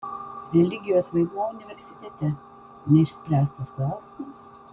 religijos vaidmuo universitete neišspręstas klausimas